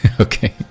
Okay